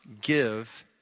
give